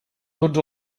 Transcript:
tots